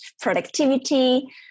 productivity